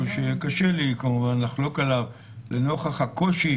כי כמו שקתרין אמרה אנחנו מתייחסים ל-50%.